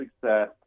success